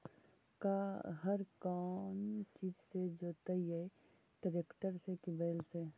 हर कौन चीज से जोतइयै टरेकटर से कि बैल से?